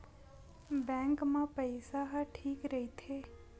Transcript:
Bank मा पईसा ह ठीक राइथे?